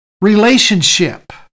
relationship